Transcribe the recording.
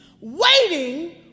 waiting